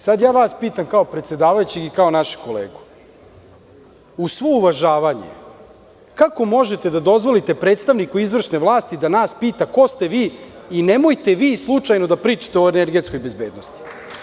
Sad ja vas pitam kao predsedavajućeg i kao našeg kolegu, uz svo uvažavanje kako možete da dozvolite predstavniku izvršne vlasti da nas pita ko ste vi i nemojte slučajno da pričate o energetskoj bezbednosti.